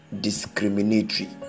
discriminatory